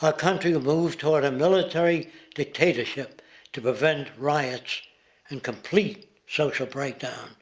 our country will move toward a military dictatorship to prevent riots and complete social breakdown.